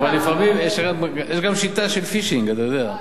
אבל לפעמים יש גם שיטה של "פישינג", אתה יודע.